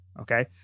Okay